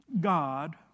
God